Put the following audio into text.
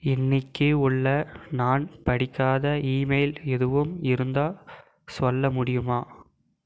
இன்னிக்கு உள்ள நான் படிக்காத இமெயில் எதுவும் இருந்தா சொல்ல முடியுமா